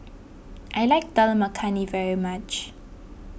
I like Dal Makhani very much